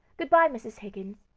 good-bye, mrs. higgins.